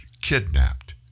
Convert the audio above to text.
kidnapped